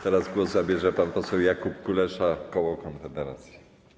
Teraz głos zabierze pan poseł Jakub Kulesza, koło Konfederacji.